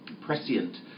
prescient